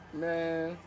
man